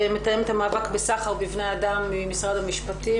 מתאמת המאבק בסחר בבני אדם ממשרד המשפטים,